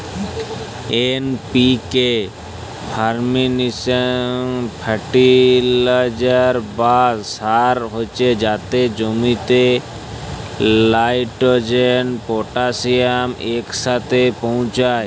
NPK fertiliser বা সার হছে যাতে জমিতে লাইটেরজেল, পটাশিয়াম ইকসাথে পৌঁছায়